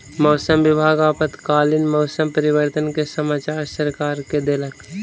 मौसम विभाग आपातकालीन मौसम परिवर्तन के समाचार सरकार के देलक